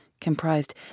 comprised